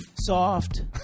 soft